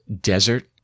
desert